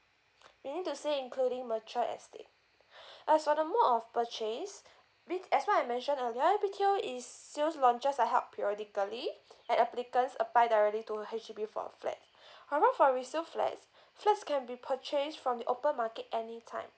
meaning to say including mature estate as for the mode of purchase B~ as what I mentioned earlier B_T_O its sales launches are held periodically and applicants apply directly to H_D_B for a flat however for resale flats flats can be purchased from the open market any time